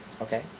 Okay